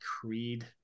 Creed